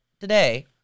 Today